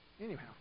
Anyhow